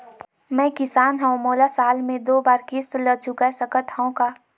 मैं किसान हव मोला साल मे दो बार किस्त ल चुकाय सकत हव का?